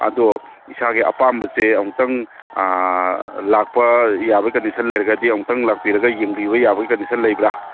ꯑꯗꯣ ꯏꯁꯥꯒꯤ ꯑꯄꯥꯝꯕꯁꯦ ꯑꯝꯇꯪ ꯂꯥꯛꯄ ꯌꯥꯕꯒꯤ ꯀꯟꯗꯤꯁꯟ ꯂꯩꯔꯒꯗꯤ ꯑꯃꯨꯛꯇꯪ ꯂꯥꯛꯄꯤꯔꯒ ꯌꯦꯡꯕꯤꯕ ꯌꯥꯕꯒꯤ ꯀꯟꯗꯤꯁꯟ ꯂꯩꯕ꯭ꯔꯥ